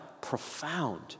profound